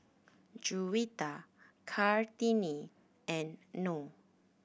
Juwita Kartini and Noh